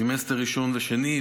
בסמסטר ראשון ושני,